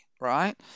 right